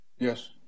Yes